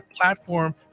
platform